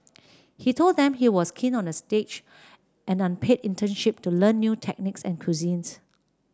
he told them he was keen on a stage an unpaid internship to learn new techniques and cuisines